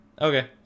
okay